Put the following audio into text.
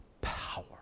power